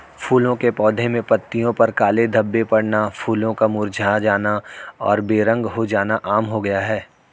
फूलों के पौधे में पत्तियों पर काले धब्बे पड़ना, फूलों का मुरझा जाना और बेरंग हो जाना आम हो गया है